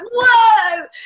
whoa